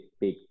big